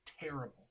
terrible